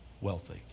wealthy